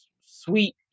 sweet